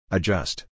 Adjust